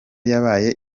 yabaye